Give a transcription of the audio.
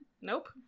Nope